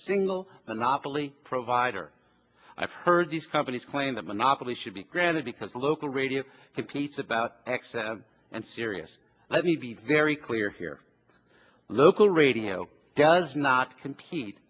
single monopoly provider i've heard these companies claim that monopoly should be granted because local radio competes about access and sirius let me be very clear here local radio does not compete